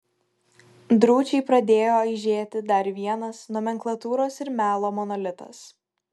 drūčiai pradėjo aižėti dar vienas nomenklatūros ir melo monolitas